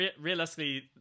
Realistically